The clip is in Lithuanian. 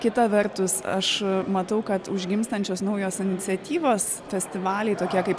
kita vertus aš matau kad užgimstančios naujos iniciatyvos festivaliai tokie kaip